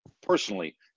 personally